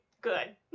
good